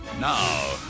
Now